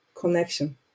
connection